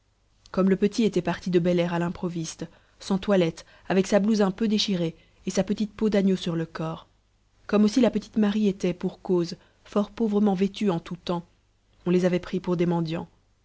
comme le petit était parti de belair à l'improviste sans toilette avec sa blouse un peu déchirée et sa petite peau d'agneau sur le corps comme aussi la petite marie était pour cause fort pauvrement vêtue en tout temps on les avait pris pour des mendiants